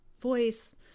voice